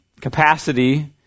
capacity